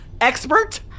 expert